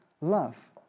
love